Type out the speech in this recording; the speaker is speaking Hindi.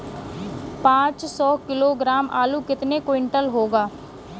पाँच सौ किलोग्राम आलू कितने क्विंटल होगा?